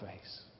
face